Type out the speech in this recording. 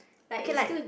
okay like